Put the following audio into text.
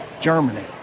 Germany